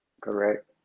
Correct